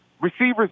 receivers